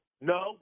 No